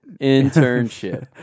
Internship